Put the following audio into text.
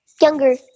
younger